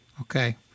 Okay